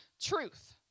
truth